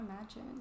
imagine